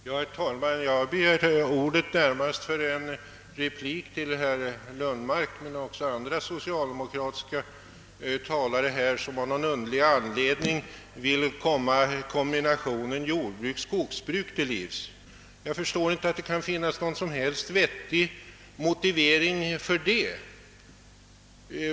Herr talman! Jag begärde ordet närmast för en replik till herr Lundmark men även till andra socialdemokratiska talare, som av någon underlig anledning vill komma kombinationen jordbrukskogsbruk till livs. Jag förstår inte att det kan finnas någon som helst vettig motivering härför.